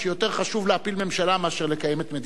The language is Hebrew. חשוב להפיל ממשלה מאשר לקיים את מדינת ישראל.